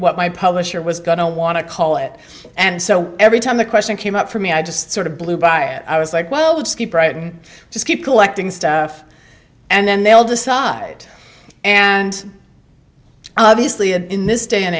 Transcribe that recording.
what my publisher was gonna want to call it and so every time the question came up for me i just sort of blew by and i was like well let's keep writing just keep collecting stuff and then they'll decide and obviously in this day and